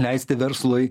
leisti verslui